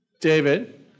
David